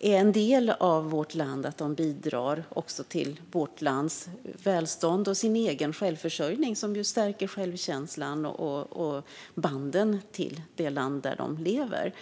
är en del av vårt land och att de också bidrar till vårt lands välstånd och sin egen självförsörjning, vilket stärker självkänslan och banden till det land där de lever.